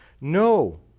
No